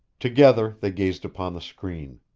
together, they gazed upon the screen.